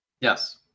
Yes